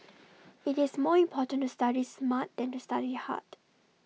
IT is more important to study smart than to study hard